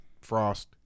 Frost